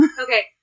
Okay